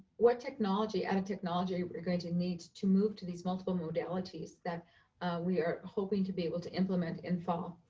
what technology, added technology, are we going to need to move to these multiple modalities that we are hoping to be able to implement in fall?